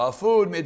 food